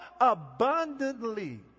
abundantly